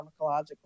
pharmacological